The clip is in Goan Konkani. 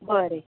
बरें